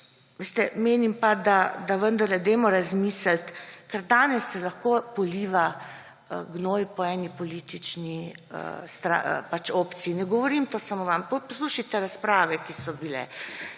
veste, menim pa, da vendarle razmislimo, ker danes se lahko poliva gnoj po eni politični opciji. Ne govorim tega samo vam, poslušajte razprave, ki so bile.